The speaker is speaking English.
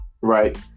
Right